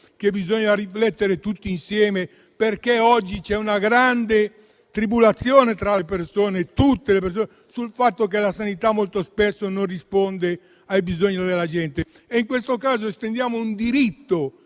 che bisogna riflettere tutti insieme, visto che oggi c'è grande tribolazione tra tutte le persone, sul fatto che la sanità molto spesso non risponde ai bisogni della gente. In questo caso estendiamo un diritto,